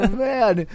man